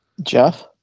Jeff